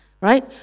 right